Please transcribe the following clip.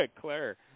Claire